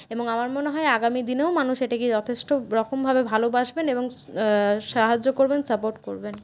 এবং আমার মনে হয় আগামী দিনেও মানুষ এটিকে যথেষ্ট রকমভাবে ভালোবাসবেন এবং সাহায্য করবেন সাপোর্ট করবেন